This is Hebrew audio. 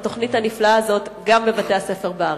התוכנית הנפלאה הזאת גם בבתי-הספר בארץ.